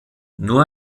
nur